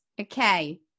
okay